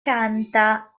canta